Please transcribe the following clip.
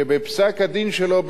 שבפסק-הדין שלו,